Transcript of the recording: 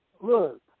Look